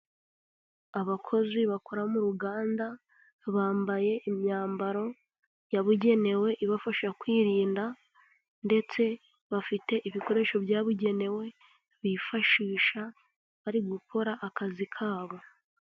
Abakozi bakora mu ruganda, bambaye imyambaro yabugenewe, ibafasha kwirinda ndetse bafite ibikoresho byabugenewe, bifashisha bari gukora akazi kabo.